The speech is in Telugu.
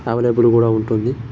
అవైలబుల్ కూడా ఉంటుంది